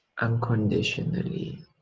unconditionally